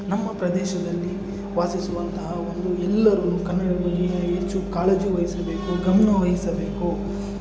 ನಮ್ಮ ಪ್ರದೇಶದಲ್ಲಿ ವಾಸಿಸುವಂತಹ ಒಂದು ಎಲ್ಲರೂ ಕನ್ನಡದಲ್ಲಿ ಹೆಚ್ಚು ಕಾಳಜಿ ವಹಿಸಬೇಕು ಗಮನ ವಹಿಸಬೇಕು